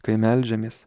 kai meldžiamės